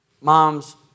moms